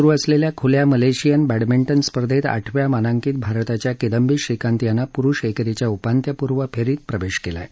Kuala Lumpur इथं स्रु असलेल्या खूल्या मलेशियन बॅडमिंटन स्पर्धेत आठव्या मानांकित भारताच्या किंदबी श्रीकांत यानं पुरुष एकेरीच्या उपान्त्यपूर्व फेरीत प्रवेश केला आहे